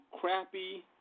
crappy